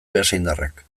beasaindarrak